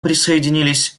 присоединились